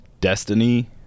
Destiny